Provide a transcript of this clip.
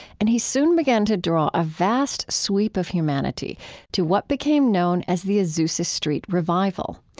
and he soon began to draw a vast sweep of humanity to what became known as the azusa street revival.